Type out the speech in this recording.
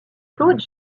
claude